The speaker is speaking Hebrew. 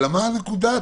מה הנקודה?